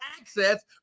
access